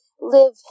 live